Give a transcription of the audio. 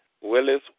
Willis